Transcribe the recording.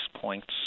points